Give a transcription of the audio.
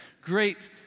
great